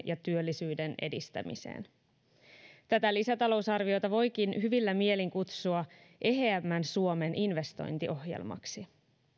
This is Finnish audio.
ja työllisyyden edistämiseen tätä lisätalousarviota voikin hyvillä mielin kutsua eheämmän suomen investointiohjelmaksi